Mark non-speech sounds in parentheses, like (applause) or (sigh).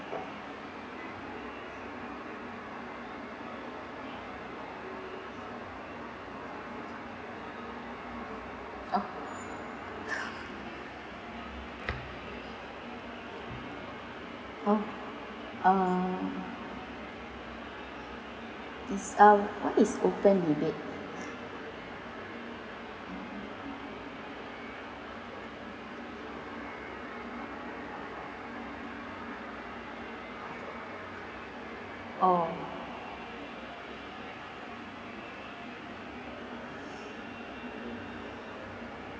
oh (breath) oh uh this um what is open debate oh